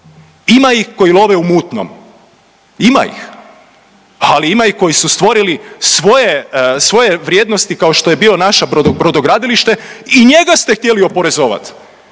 Ima ih koji love u mutnom, ima ih. Ali, ima i koji su stvorili svoje vrijednosti kao što je bio naša brodogradilište i njega ste htjeli oporezovat.